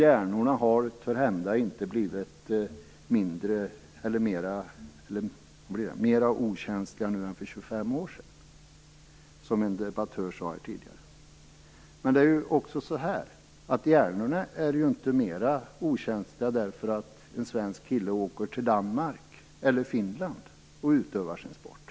Hjärnorna har törhända heller inte blivit mera okänsliga nu än för 25 år sedan, som en debattör tidigare sade här. Men det är också så att hjärnorna inte blir mera okänsliga för att svenska killar åker till Danmark eller Finland och utövar sin sport.